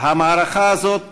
המערכה הזאת תעבור,